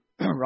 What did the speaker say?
right